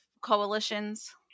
coalitions